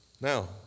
Now